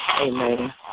Amen